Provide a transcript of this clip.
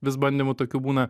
vis bandymų tokių būna